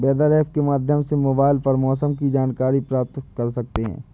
weather app के माध्यम से मोबाइल पर मौसम की जानकारी प्राप्त कर सकते हैं